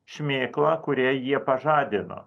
šmėklą kurią jie pažadino